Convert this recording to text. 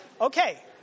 Okay